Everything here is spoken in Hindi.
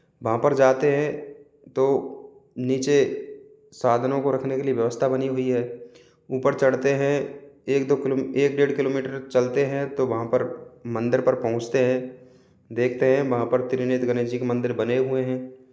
वहाँ पर जाते हैं तो नीचे साधनों को रखने के लिए व्यवस्था बनी हुई है ऊपर चढ़ते हैं एक दो किलो एक डेढ़ किलो मीटर चलते हैं तो वहाँ पर मंदिर पर पहुँचते हैं देखते हैं वहाँ पर त्रिनेत्र गणेश जी के मंदिर बने हुए हैं